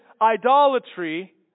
idolatry